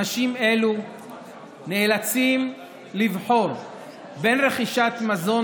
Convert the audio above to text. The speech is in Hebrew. אנשים אלו נאלצים לבחור בין רכישת מזון